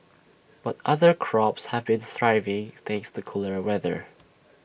but other crops have been thriving thanks to cooler weather